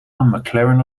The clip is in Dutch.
mclaren